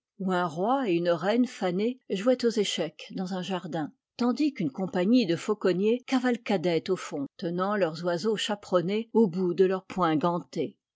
où un roi et une reine fanés jouaient aux échecs dans un jardin tandis qu'une compagnie de fauconniers cavalcadaient au fond tenant leurs oiseaux chaperonnés au bout de leurs poings gantés